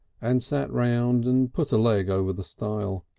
and sat round and put a leg over the stile.